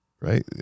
right